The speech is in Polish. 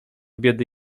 biedy